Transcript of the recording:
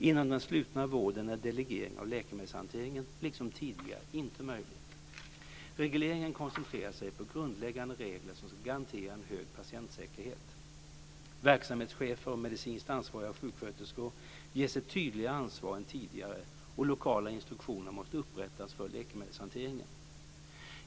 Inom den slutna vården är delegering av läkemedelshanteringen, liksom tidigare, inte möjlig. Regleringen koncentrerar sig på grundläggande regler som ska garantera en hög patientsäkerhet. Verksamhetschefer och medicinskt ansvariga sjuksköterskor ges ett tydligare ansvar än tidigare och lokala instruktioner måste upprättas för läkemedelshanteringen.